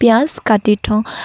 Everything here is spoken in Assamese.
পিয়াঁজ কাটি থওঁ